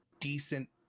decent